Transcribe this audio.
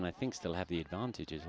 and i think still have the advantage